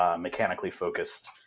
mechanically-focused